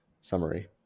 summary